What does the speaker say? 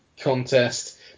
contest